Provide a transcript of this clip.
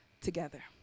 together